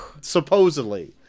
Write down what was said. Supposedly